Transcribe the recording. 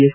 S